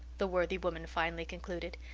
the worthy woman finally concluded.